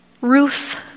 Ruth